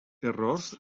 errors